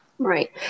Right